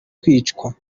kwicwa